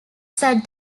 sat